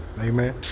Amen